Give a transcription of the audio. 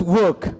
work